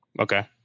Okay